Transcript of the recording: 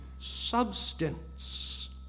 substance